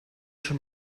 schon